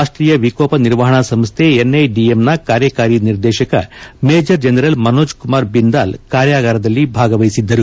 ರಾಷ್ಟೀಯ ವಿಕೋಪ ನಿರ್ವಹಣಾ ಸಂಸ್ಣೆ ಎನ್ಐಡಿಎಂನ ಕಾರ್ಯಕಾರಿ ನಿರ್ದೇಶಕ ಮೇಜರ್ ಜನರಲ್ ಮನೋಜ್ ಕುಮಾರ್ ಬಿಂದಾಲ್ ಕಾರ್ಯಗಾರದಲ್ಲಿ ಭಾಗವಹಿಸಿದ್ದರು